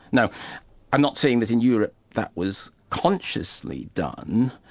now i'm not saying that in europe that was consciously done,